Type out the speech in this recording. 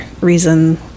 reason